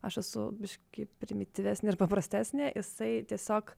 aš esu biškį primityvesnė ir paprastesnė jisai tiesiog